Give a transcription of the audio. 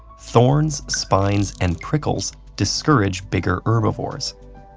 thorns, spines, and prickles discourage bigger herbivores.